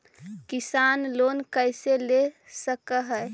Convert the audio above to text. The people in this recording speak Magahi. किसान लोन कैसे ले सक है?